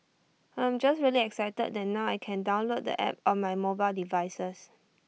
I am just really excited that now I can download the app on my mobile devices